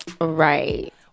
right